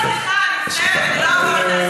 אתה גזען וחצוף,